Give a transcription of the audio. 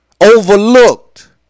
overlooked